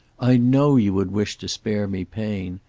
i know you would wish to spare me pain.